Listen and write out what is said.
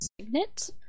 signet